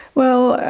well,